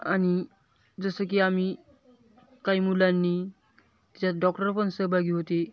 आणि जसं की आम्ही काही मुलांनी त्याच्यात डॉक्टर पण सहभागी होते